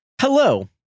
Hello